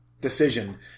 decision